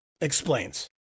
explains